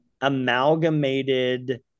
amalgamated